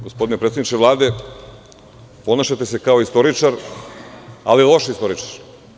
Gospodine predsedniče Vlade, ponašate se kao istoričar, ali loš istoričar.